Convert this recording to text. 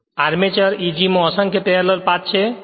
અને armature E g માં અસંખ્ય પેરેલલપાથ છે